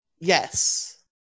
Yes